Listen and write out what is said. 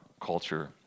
culture